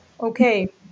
Okay